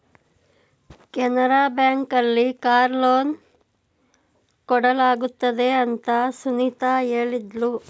Canara bank ಅಲ್ಲಿ car loan ಕೊಡಲಾಗುತ್ತದೆ ಅಂತ ಸುನಿತಾ ಹೇಳಿದ್ಲು